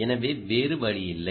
எனவே வேறு வழியில்லை